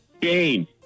Dane